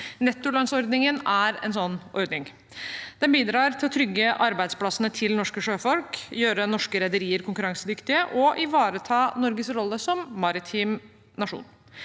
Nettolønnsordningen er en sånn ordning. Den bidrar til å trygge arbeidsplassene til norske sjøfolk, til å gjøre norske rederier konkurransedyktige og til å ivareta Norges rolle som maritim nasjon.